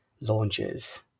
launches